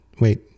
wait